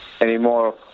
anymore